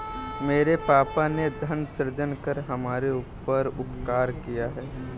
मेरे पापा ने धन सृजन कर हमारे ऊपर उपकार किया है